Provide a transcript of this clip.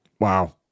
Wow